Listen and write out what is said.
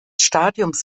stadiums